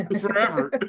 Forever